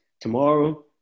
tomorrow